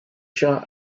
shah